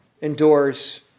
endures